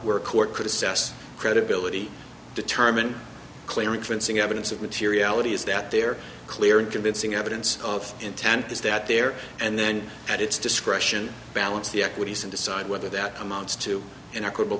where court could assess credibility determine clearing forensic evidence of materiality is that their clear and convincing evidence of intent is that there and then at its discretion balance the equities and decide whether that amounts to an acquit